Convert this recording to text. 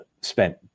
spent